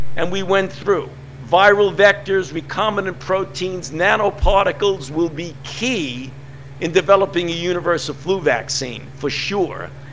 and we went through viral vectors, recombinant proteins, nanoparticles will be key in developing a universal flu vaccine for sure,